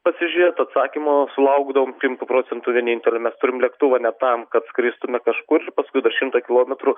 pasižiūrėt atsakymo sulaukdavom šimtu procentu vienintelio mes turim lėktuvą ne tam kad skristume kažkur ir paskui dar šimtą kilometrų